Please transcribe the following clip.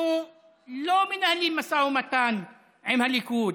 אנחנו לא מנהלים משא ומתן עם הליכוד,